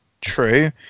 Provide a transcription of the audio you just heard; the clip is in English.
true